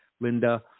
Linda